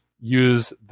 use